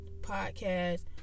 podcast